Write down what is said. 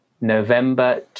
November